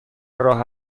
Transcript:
راه